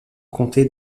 comté